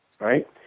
Right